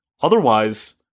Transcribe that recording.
otherwise